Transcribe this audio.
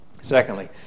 Secondly